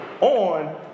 on